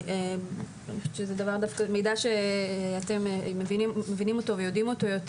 אני חושבת שזה מידע שאתם מבינים אותו ויודעים אותו יותר.